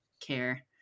care